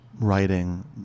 writing